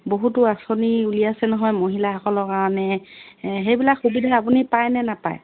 বহুতো আঁচনি উলিয়াইছে নহয় মহিলাসকলৰ কাৰণে সেইবিলাক সুবিধা আপুনি পায়নে নাপায়